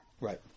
Right